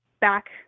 back